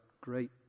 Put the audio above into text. great